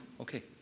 okay